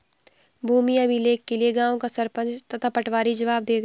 भूमि अभिलेख के लिए गांव का सरपंच तथा पटवारी जवाब देते हैं